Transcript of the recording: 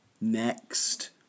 Next